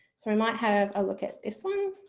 so we might have a look at this one.